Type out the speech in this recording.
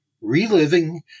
Reliving